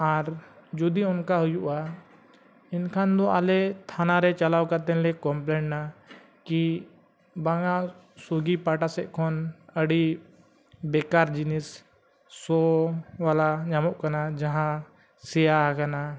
ᱟᱨ ᱡᱩᱫᱤ ᱚᱱᱠᱟ ᱦᱩᱭᱩᱜᱼᱟ ᱮᱱᱠᱷᱟᱱ ᱫᱚ ᱟᱞᱮ ᱛᱷᱟᱱᱟᱨᱮ ᱪᱟᱞᱟᱣ ᱠᱟᱛᱮᱱᱞᱮ ᱠᱚᱢᱯᱞᱮᱱᱟ ᱠᱤ ᱵᱟᱝᱟ ᱥᱩᱭᱜᱤ ᱯᱟᱦᱴᱟ ᱥᱮᱫᱠᱷᱚᱱ ᱟᱹᱰᱤ ᱵᱮᱠᱟᱨ ᱡᱤᱱᱤᱥ ᱥᱚ ᱵᱟᱞᱟ ᱧᱟᱢᱚᱜ ᱠᱟᱱᱟ ᱡᱟᱦᱟᱸ ᱥᱮᱭᱟᱦᱟᱠᱟᱱᱟ